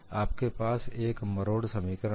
आपके पास एक मरोड़ समीकरण है